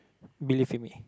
believe in me